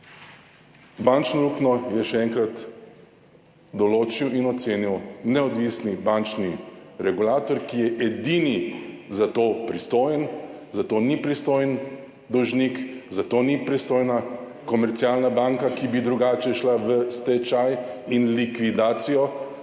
Bančno luknjo je, še enkrat, določil in ocenil neodvisni bančni regulator, ki je edini za to pristojen, za to ni pristojen dolžnik, za to ni pristojna komercialna banka, ki bi drugače šla v stečaj in likvidacijo,